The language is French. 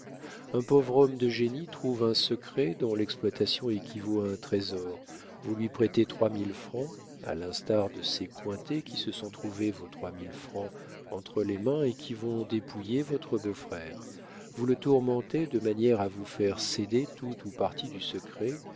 un pauvre homme de génie trouve un secret dont l'exploitation équivaut à un trésor vous lui prêtez trois mille francs à l'instar de ces cointet qui se sont trouvé vos trois mille francs entre les mains et qui vont dépouiller votre beau-frère vous le tourmentez de manière à vous faire céder tout ou partie du secret